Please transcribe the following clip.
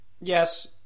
Yes